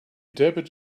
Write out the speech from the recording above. dabbled